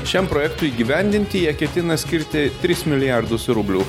šiam projektui įgyvendinti jie ketina skirti tris milijardus rublių